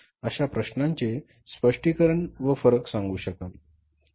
अश्या प्रश्नांचे स्पष्टीकरण व फरक सांगू शकाल